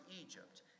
Egypt